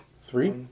three